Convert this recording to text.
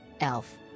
Elf